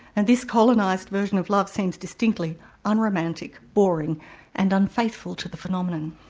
and this colonised version of love seems distinctly unromantic, boring and unfaithful to the phenomenon.